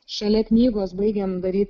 šalia knygos baigiam daryti